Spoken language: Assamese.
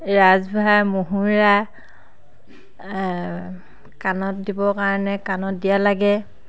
ৰাঁচ বা মহুৰা কাণত দিবৰ কাৰণে কাণত দিয়া লাগে